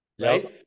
right